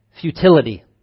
futility